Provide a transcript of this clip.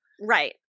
Right